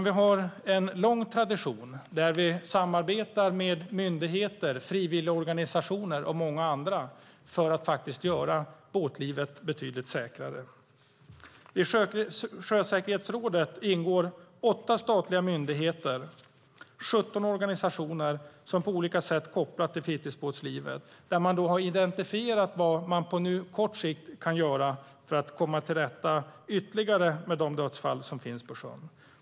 Vi har en lång tradition av samarbete med myndigheter, frivilligorganisationer och många andra för att göra båtlivet betydligt säkrare. I Sjösäkerhetsrådet, där det ingår 8 statliga myndigheter och 17 organisationer som på olika sätt är kopplade till fritidsbåtslivet, har man identifierat vad man på kort sikt kan göra för att ytterligare komma till rätta med de dödsfall som sker på sjön.